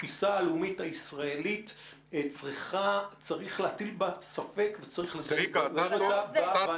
התפיסה הלאומית הישראלית צריך להטיל בה ספק וצריך לדון בה בוועדה הזאת.